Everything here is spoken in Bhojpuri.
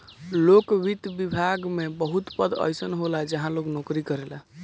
लोक वित्त विभाग में बहुत पद अइसन होला जहाँ लोग नोकरी करेला